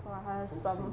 kurang asam